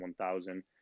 1000